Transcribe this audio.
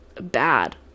bad